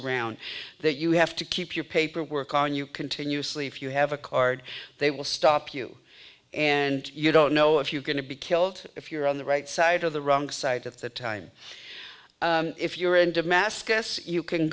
around that you have to keep your paperwork on you continuously if you have a card they will stop you and you don't know if you going to be killed if you're on the right side of the wrong side of the time if you're in damascus you can